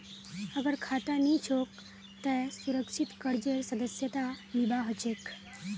अगर खाता नी छोक त सुरक्षित कर्जेर सदस्यता लिबा हछेक